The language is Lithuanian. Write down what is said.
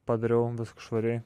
padariau viską švariai